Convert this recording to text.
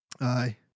Aye